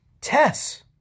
Tess